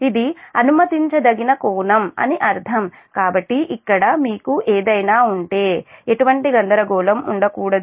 ఇది అనుమతించదగిన కోణం అని అర్థం కాబట్టి ఇక్కడ మీకు ఏదైనా ఉంటే ఎటువంటి గందరగోళం ఉండకూడదు